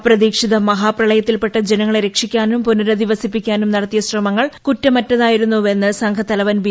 അപ്രതീക്ഷിത മഹാ പ്രളയത്തിൽപ്പെട്ട ജനങ്ങളെ രക്ഷിക്കാനും പുനരധിവസിപ്പിക്കാനും നടത്തിയ ശ്രമങ്ങൾ കുറ്റമറ്റതായിരുന്നുവെന്ന് സംഘത്തലവൻ ബി